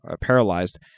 paralyzed